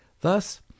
thus